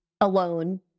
alone